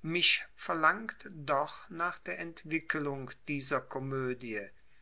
mich verlangt doch nach der entwickelung dieser komödie